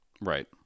Right